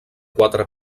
quatre